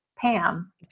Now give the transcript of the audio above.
Pam